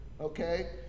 okay